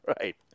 Right